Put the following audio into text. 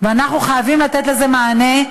ואנחנו חייבים לתת לה מענה,